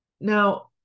Now